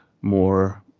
more